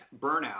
burnout